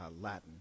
Latin